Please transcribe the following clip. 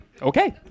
Okay